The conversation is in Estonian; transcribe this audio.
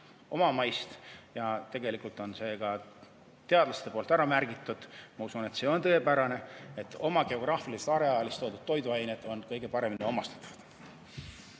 omamaist. Ja tegelikult on see ka teadlaste poolt ära märgitud – ma usun, et see on tõene –, et oma geograafilisest areaalist pärit toiduained on kõige paremini omastatavad.